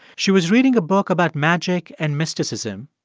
she was reading a book about magic and mysticism.